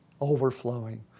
overflowing